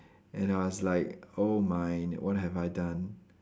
and I was like oh my what have I done